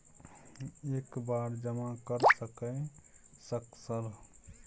एक बार जमा कर सके सक सर?